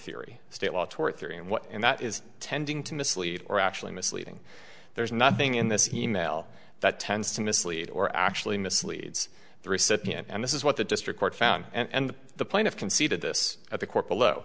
theory state law tort theory and what in that is tending to mislead or actually misleading there's nothing in this e mail that tends to mislead or actually misleads the recipient and this is what the district court found and the plaintiff conceded this at the court below